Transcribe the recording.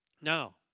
Now